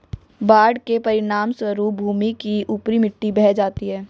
बाढ़ के परिणामस्वरूप भूमि की ऊपरी मिट्टी बह जाती है